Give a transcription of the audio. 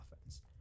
offense